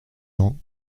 cents